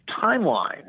timeline